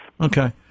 okay